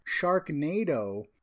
Sharknado